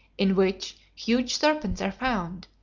in which huge serpents are found,